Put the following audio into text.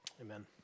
Amen